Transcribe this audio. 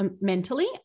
mentally